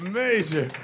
major